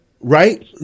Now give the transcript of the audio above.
Right